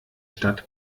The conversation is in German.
stadt